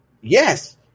Yes